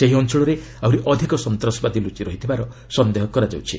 ସେହି ଅଞ୍ଚଳରେ ଆହୁରି ଅଧିକ ସନ୍ତାସବାଦୀ ଲୁଚିରହିଥିବାର ସନ୍ଦେହ କରାଯାଉଛି